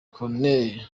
corneille